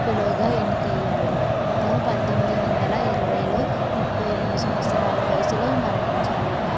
fellow గా ఎన్నికయ్యాడు అతను పంతొమ్మిది వందల ఇరవైలో ముప్పై రెండు సంవత్సరాల వయసులో మరణించాడు